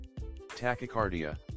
Tachycardia